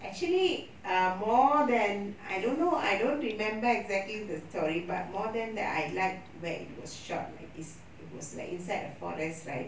actually ah more than I don't know I don't remember exactly the story but more than that I like where it was shot like this was like inside a forest right